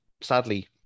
sadly